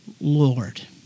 Lord